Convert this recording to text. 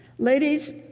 Ladies